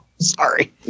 Sorry